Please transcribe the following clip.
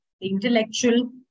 intellectual